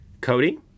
Cody